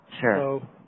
Sure